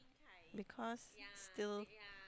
because still